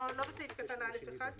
בסעיף קטן (א)(1).